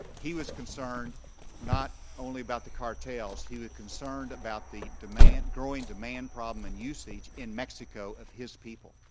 he was concerned not only about the cartels. he was concerned about the demand growing demand problem and usage in mexico of his people.